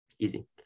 Easy